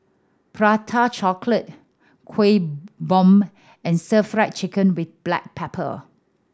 Prata Chocolate Kueh Bom and Stir Fried Chicken with black pepper